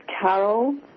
Carol